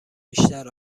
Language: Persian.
بیشتر